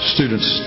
Students